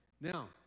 Now